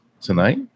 tonight